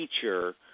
feature